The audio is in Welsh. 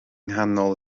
nghanol